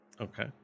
Okay